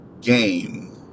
game